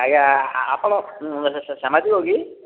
ଆଜ୍ଞା ଆପଣ ସାମ୍ବାଦିକ କି